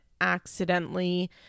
accidentally